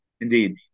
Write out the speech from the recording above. Indeed